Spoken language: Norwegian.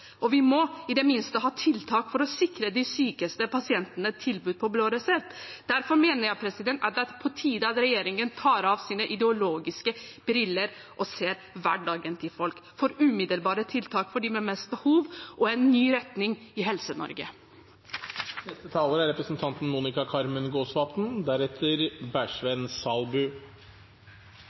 Og vi må i det minste ha tiltak for å sikre de sykeste pasientene tilbud om blå resept. Derfor mener jeg det er på tide at regjeringen tar av seg sine ideologiske briller og ser hverdagen til folk – for umiddelbare tiltak for dem med mest behov og en ny retning i